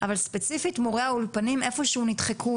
אבל ספציפית מורי האולפנים איפה שהוא נדחקו,